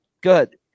good